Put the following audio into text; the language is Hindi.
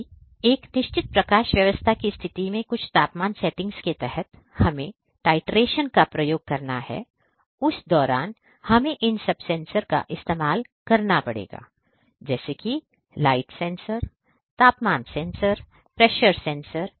यदि एक निश्चित प्रकाश व्यवस्था की स्थिति में कुछ तापमान सेटिंग्स के तहत हमें टॉयप्ट्रेक्शन का प्रयोग करना है उस दौरान हमें इन सब सेंसर का इस्तेमाल करना पड़ेगा जैसे कि लाइट सेंसर तापमान सेंसर प्रेशर सेंसर